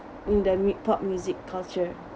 in the mid pop music culture